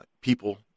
people